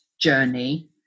journey